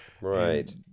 Right